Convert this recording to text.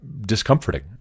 discomforting